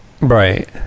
right